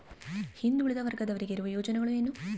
ಹಿಂದುಳಿದ ವರ್ಗದವರಿಗೆ ಇರುವ ಯೋಜನೆಗಳು ಏನು?